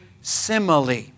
simile